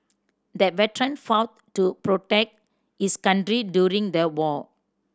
the veteran fought to protect his country during the war